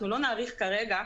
לא נאריך כרגע,